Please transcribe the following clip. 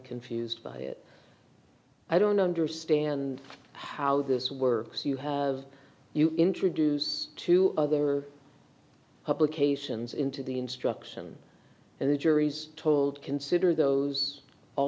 confused by it i don't understand how this works you have you introduce two other publications into the instruction and the jury's told consider those all